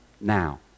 now